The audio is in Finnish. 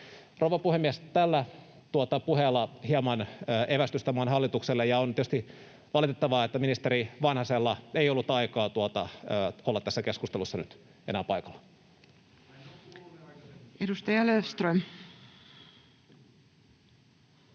Rouva puhemies! Tällä puheella hieman evästystä maan hallitukselle, ja on tietysti valitettavaa, että ministeri Vanhasella ei ollut aikaa olla tässä keskustelussa nyt enää paikalla. [Aki Lindén: